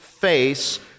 face